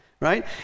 right